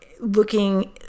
looking